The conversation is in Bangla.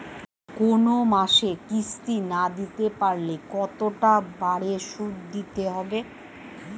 কোন মাসে কিস্তি না দিতে পারলে কতটা বাড়ে সুদ দিতে হবে?